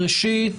ראשית,